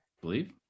believe